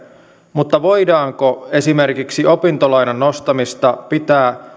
mutta voidaanko esimerkiksi opintolainan nostamista pitää